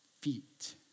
feet